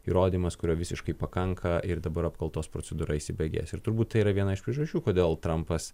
įrodymas kurio visiškai pakanka ir dabar apkaltos procedūra įsibėgės ir turbūt tai yra viena iš priežasčių kodėl trampas